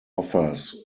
offers